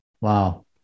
Wow